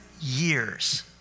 years